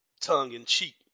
tongue-in-cheek